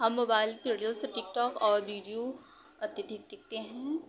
हम mobile video से TikTok और वीडियो अत्यधिक देखते हैं